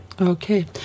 Okay